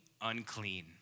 unclean